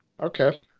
Okay